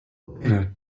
helena